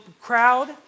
crowd